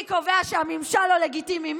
מי קובע שהממשל לא לגיטימי?